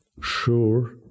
sure